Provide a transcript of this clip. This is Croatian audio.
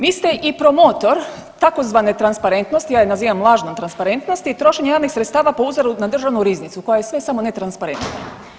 Vi ste i promotor tzv. transparentnosti, ja je nazivam lažnom transparentnosti i trošenje javnih sredstava po uzoru na državnu riznicu koja je sve samo ne transparentna.